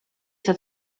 that